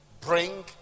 bring